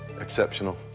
Exceptional